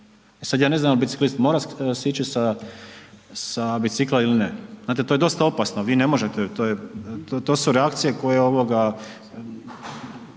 sad ja ne znam jel biciklist mora sići sa bicikla ili ne, znate to je dosta opasno, vi ne možete, to su reakcije koje ovoga